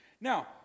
Now